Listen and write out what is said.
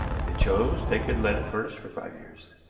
if they chose they could let it furnished for five years.